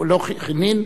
חֵנין?